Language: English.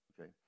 Okay